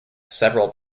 several